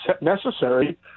necessary